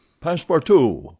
Passepartout